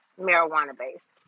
marijuana-based